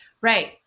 Right